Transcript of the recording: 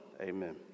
Amen